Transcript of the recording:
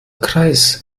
kreis